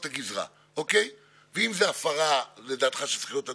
אדוני היושב-ראש, חבריי חברי הכנסת, מזכירת הכנסת,